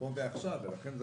כאן ועכשיו ולכן,